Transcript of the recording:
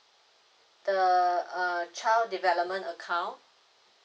the uh child development account